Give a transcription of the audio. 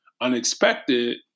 unexpected